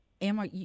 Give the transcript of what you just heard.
emma